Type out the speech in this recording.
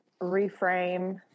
reframe